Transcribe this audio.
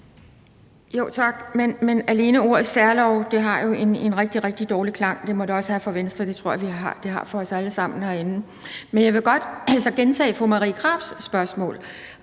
Tak. Men alene ordet særlov har jo en rigtig, rigtig dårlig klang. Det må det også have for Venstre. Det tror jeg det har for os alle sammen herinde. Jeg vil godt gentage fru Marie Krarups spørgsmål: